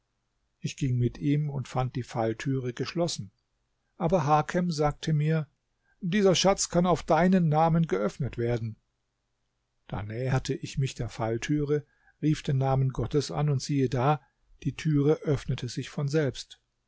ich ging mit ihm und fand die falltüre geschlossen aber hakem sagte mir dieser schatz kann auf deinen namen geöffnet werden da näherte ich mich der falltüre rief den namen gottes an und siehe da die türe öffnete sich von selbst